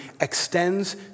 extends